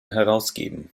herausgeben